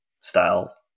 style